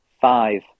five